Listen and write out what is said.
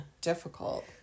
difficult